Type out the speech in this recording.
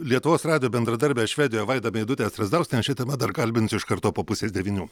lietuvos radijo bendradarbę švedijoj vaidą meidutę strazdauskienę šia tema dar kalbinsiu iš karto po pusės devynių